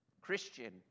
Christian